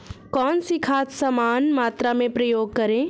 कौन सी खाद समान मात्रा में प्रयोग करें?